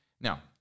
Now